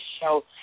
show